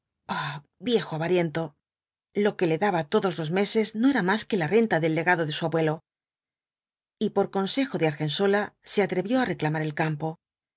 viejo avariento i lo que le daba todo los meses no era más que la renta del legado de su abuelo y por consejo de argensola se atrevió á reclamar el campo